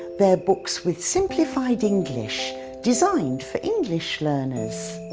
they're books with simplified english designed for english learners.